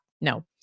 No